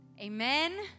Amen